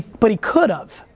but he could've.